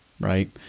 right